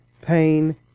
pain